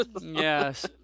Yes